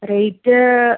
rate